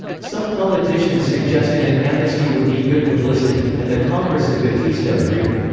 some politicians suggested an amnesty would be good publicity, and the congress and batista agreed.